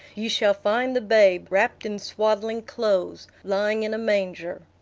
ye shall find the babe, wrapped in swaddling-clothes, lying in a manger.